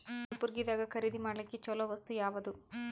ಕಲಬುರ್ಗಿದಾಗ ಖರೀದಿ ಮಾಡ್ಲಿಕ್ಕಿ ಚಲೋ ವಸ್ತು ಯಾವಾದು?